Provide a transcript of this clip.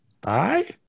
Bye